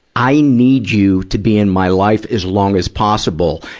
i need you to be in my life as long as possible.